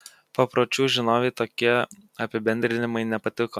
papročių žinovei tokie apibendrinimai nepatiko